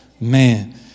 Man